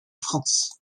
france